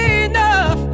enough